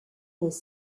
nies